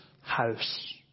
house